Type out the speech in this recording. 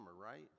right